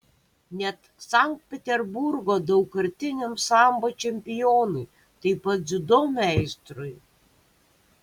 net sankt peterburgo daugkartiniam sambo čempionui taip pat dziudo meistrui